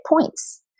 points